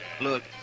Look